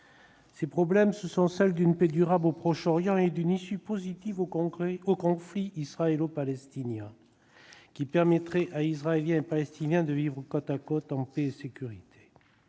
Ces promesses, ce sont celles d'une paix durable au Proche-Orient et d'une issue positive au conflit israélo-palestinien, qui permettrait à Israéliens et Palestiniens de vivre côte à côte, en paix et sécurité.